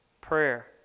prayer